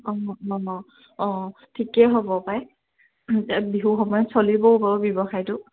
অঁ অঁ অঁ অঁ ঠিকে হ'ব পাই বিহুৰ সময়ত চলিবও বাৰু ব্যৱসায়টো